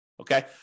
Okay